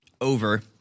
over